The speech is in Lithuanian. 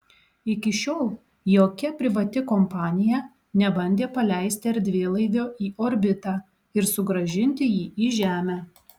iki šiol jokia privati kompanija nebandė paleisti erdvėlaivio į orbitą ir sugrąžinti jį į žemę